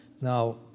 Now